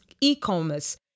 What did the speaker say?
e-commerce